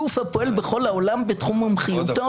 גוף הפועל בכל העולם בתחום מומחיותו